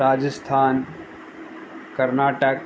Rajasthan Karnataka